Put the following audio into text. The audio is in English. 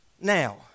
now